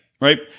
right